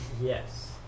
Yes